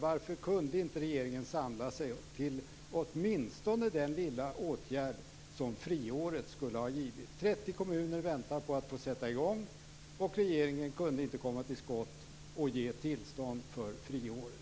Varför kunde inte regeringen samla sig till åtminstone den lilla åtgärd som friåret skulle ha givit? 30 kommuner väntar på att få sätta i gång. Regeringen kunde inte komma till skott och ge tillstånd för friåret.